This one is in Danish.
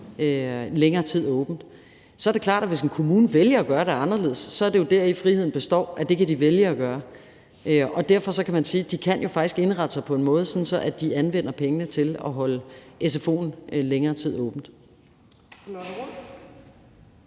årgange i skolen. Så er det klart, at hvis en kommune vælger at gøre det anderledes, er det jo deri, friheden består i, altså at det kan de vælge at gøre. Og derfor kan man sige: De kan jo faktisk indrette sig på en måde, sådan at de anvender pengene til at holde sfo'en længere tid åbent.